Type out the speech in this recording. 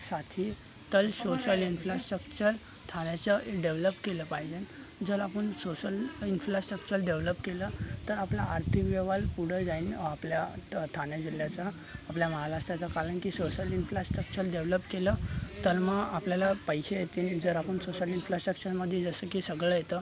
साठी तर social infrastructure ठाण्याचं डेव्हलप केलं पाहिजे जर आपण शोशल इन्फ्लाशकचल डेव्हलप केलं तर आपला आर्थिक व्यवहार पुढं जाईन आपल्या तर ठाणे जिल्ह्याचा आपल्या महाराष्ट्राचा कारण की शोशल इन्फ्लाशकचल डेव्हलप केलं तर मग आपल्याला पैसे येतील जर आपण सोशल इन्फ्लाशकचलमध्ये जसं की सगळं येतं